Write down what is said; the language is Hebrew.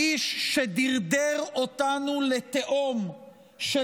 האיש שדרדר אותנו לתהום של